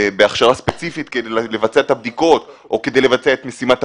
בהכשרה ספציפית כדי לבצע את הבדיקות או כדי לבצע את משימת הפיקוח,